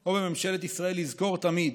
או בממשלת ישראל לזכור תמיד,